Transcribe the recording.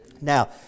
Now